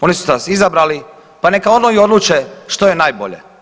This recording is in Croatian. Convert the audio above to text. Oni su nas izabrali pa neka oni i odluče što je najbolje.